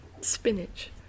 Spinach